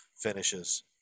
finishes